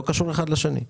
הם לא קשורים האחד לשני.